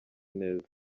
neza